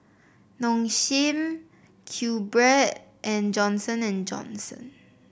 Nong Shim QBread and Johnson And Johnson